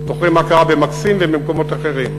זוכרים מה קרה ב"מקסים" ובמקומות אחרים.